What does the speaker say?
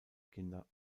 kinder